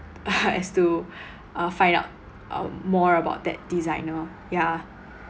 as to uh find out uh more about that design lor yeah